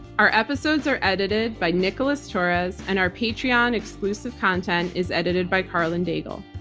our episodes are edited by nicholas torres and our patreon exclusive content is edited by karlyn daigle.